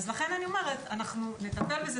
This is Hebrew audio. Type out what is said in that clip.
לכן אני אומרת שנטפל בזה,